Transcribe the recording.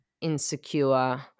insecure